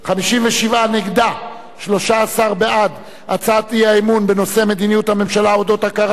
הצעת סיעת רע"ם-תע"ל להביע אי-אמון בממשלה לא נתקבלה.